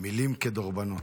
מילים כדורבנות.